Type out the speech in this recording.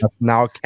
Now